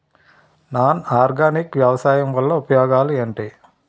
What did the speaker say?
Non organic వ్యవసాయం వల్ల ఉపయోగాలు ఏంటీ?